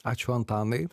ačiū antanai